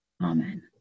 Amen